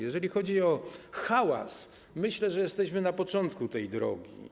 Jeżeli chodzi o hałas, myślę, że jesteśmy na początku tej drogi.